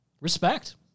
Respect